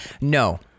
No